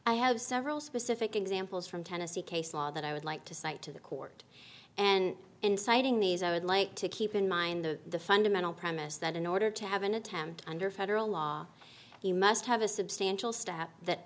i have several specific examples from tennessee case law that i would like to cite to the court and inciting these i would like to keep in mind the fundamental premise that in order to have an attempt under federal law you must have a substantial stat that